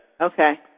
Okay